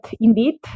indeed